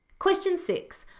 question six,